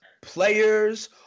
players